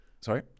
Sorry